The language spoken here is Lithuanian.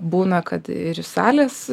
būna kad ir iš salės